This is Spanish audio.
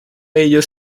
ellos